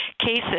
cases